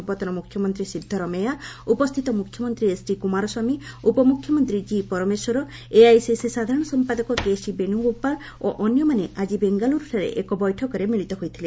ପର୍ବତନ ମ୍ରଖ୍ୟମନ୍ତ୍ରୀ ସିଦ୍ଧ ରମେୟା ଉପସ୍ଥିତ ମ୍ରଖ୍ୟମନ୍ତ୍ରୀ ଏଚ୍ଡି କୃମାର ସ୍ୱାମୀ ଉପମ୍ରଖ୍ୟମନ୍ତ୍ରୀ କି ପରମେଶ୍ୱର ଏଆଇସିସି ସାଧାରଣ ସମ୍ପାଦକ କେସି ବେଣୁଗୋପାଳ ଓ ଅନ୍ୟମାନେ ଆଜି ବେଙ୍ଗାଲୁରୁଠାରେ ଏକ ବୈଠକରେ ମିଳିତ ହୋଇଥିଲେ